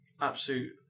absolute